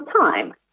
time